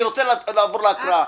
אני רוצה לעבור להקראה.